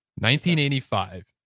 1985